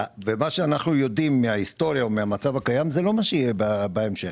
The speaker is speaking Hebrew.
וממה שאנחנו יודעים מההיסטוריה או מהמצב הקיים זה לא מה שיהיה בהמשך.